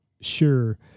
Sure